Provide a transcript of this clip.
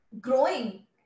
growing